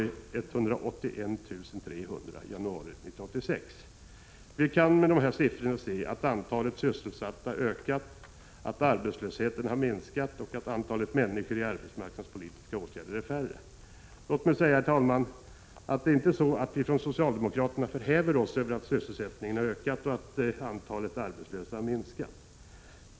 Låt mig, herr talman, säga att socialdemokraterna inte förhäver sig över att sysselsättningen har ökat och att antalet arbetslösa har minskat.